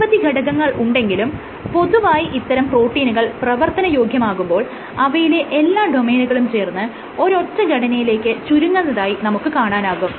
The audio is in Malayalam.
നിരവധി ഘടകങ്ങൾ ഉണ്ടെങ്കിലും പൊതുവായി ഇത്തരം പ്രോട്ടീനുകൾ പ്രവർത്തയോഗ്യമാകുമ്പോൾ അവയിലെ എല്ലാ ഡൊമെയ്നുകളും ചേർന്ന് ഒരൊറ്റ ഘടനയിലേക്ക് ചുരുങ്ങാതായി നമുക്ക് കാണാനാകും